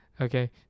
Okay